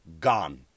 Gone